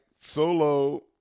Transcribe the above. Solo